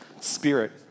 spirit